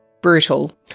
brutal